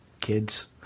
Kids